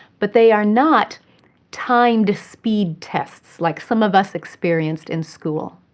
but they are not timed speed tests like some of us experienced in school.